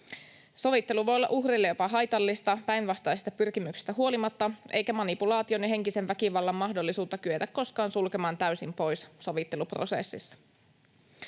Sovittelu voi olla uhrille jopa haitallista päinvastaisista pyrkimyksistä huolimatta, eikä manipulaation ja henkisen väkivallan mahdollisuutta kyetä koskaan sulkemaan täysin pois sovitteluprosessissa.